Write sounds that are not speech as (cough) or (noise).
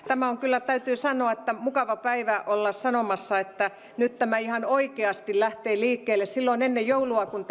(unintelligible) tämä on kyllä täytyy sanoa mukava päivä olla sanomassa että nyt tämä ihan oikeasti lähtee liikkeelle silloin kun (unintelligible)